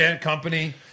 company